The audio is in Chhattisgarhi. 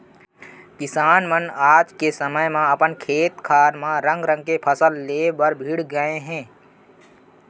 किसान मन आज के समे म अपन खेत खार म रंग रंग के फसल ले बर भीड़ गए हें